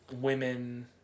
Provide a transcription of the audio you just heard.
women